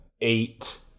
eight